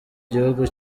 gihugu